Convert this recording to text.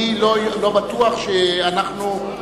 אני לא בטוח שאנחנו,